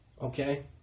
Okay